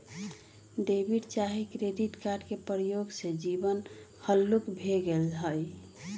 debit चाहे credit card के प्रयोग से जीवन हल्लुक भें गेल हइ